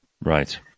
Right